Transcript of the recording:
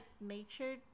nature